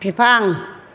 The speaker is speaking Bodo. बिफां